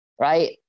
Right